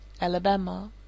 Alabama